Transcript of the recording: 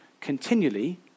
continually